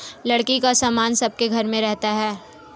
लकड़ी का सामान सबके घर में रहता है